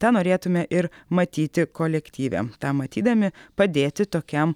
tą norėtume ir matyti kolektyve tą matydami padėti tokiam